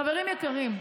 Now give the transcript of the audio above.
חברים יקרים,